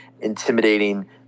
intimidating